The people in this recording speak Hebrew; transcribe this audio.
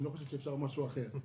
אני לא חושב שאפשר משהו אחר.